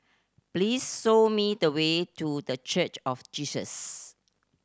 please show me the way to The Church of Jesus